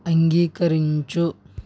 అంగీకరించు